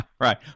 Right